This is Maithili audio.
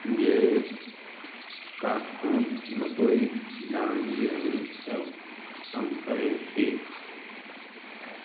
जे काट खोट मकै धान गेहूँ सभ कम करैत छी